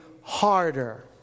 harder